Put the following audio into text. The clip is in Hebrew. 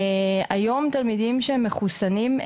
היום תלמידים שמחוסנים,